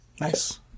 Nice